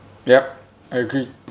yup I agree